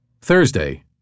Thursday